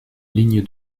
ligne